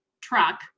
truck